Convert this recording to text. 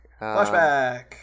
Flashback